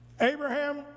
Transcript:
Abraham